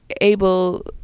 able